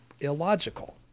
illogical